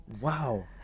Wow